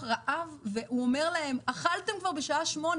רעב והוא אומר להם: "אכלתם כבר בשעה 8,